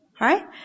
Right